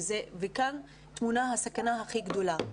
כאן טמונה הסכנה הכי גדולה.